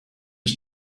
was